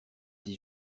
dix